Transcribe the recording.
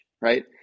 right